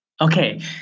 Okay